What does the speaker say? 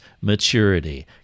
maturity